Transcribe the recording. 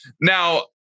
Now